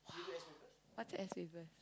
!wow! what's S papers